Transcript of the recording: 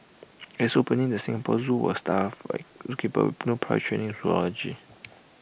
as opening the Singapore Zoo was staff keeper with no prior training in zoology